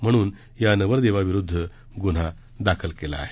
म्हणून या नवरदेवाविरुद्ध गुन्हा दाखल करण्यात आला आहे